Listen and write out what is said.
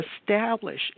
establish